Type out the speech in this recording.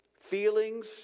feelings